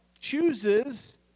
chooses